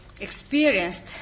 experienced